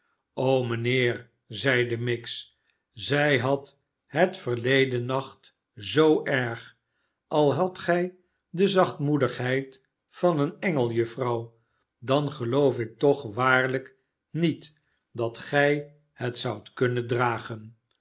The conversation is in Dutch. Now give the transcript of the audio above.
mijnheer zeide miggs zij had het verleden nacht zoo erg al hadt gij de zachtmoedigheid van een engel juffrouw dan geloof ik toch waarlijk met dat gij het zoudt kunnen dragen